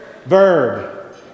verb